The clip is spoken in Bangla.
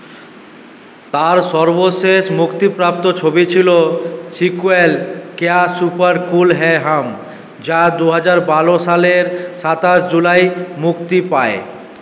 তাঁর সর্বশেষ মুক্তিপ্রাপ্ত ছবি ছিল সিক্যুয়েল কেয়া সুপার কুল হ্যায় হাম যা দু হাজার বারো সালের সাতাশ জুলাই মুক্তি পায়